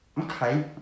Okay